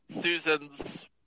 Susan's